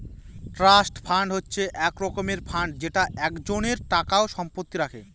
trust fund হচ্ছে এক রকমের ফান্ড যেটা একজনের টাকা ও সম্পত্তি রাখে